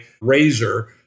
razor